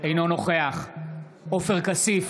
אינו נוכח עופר כסיף,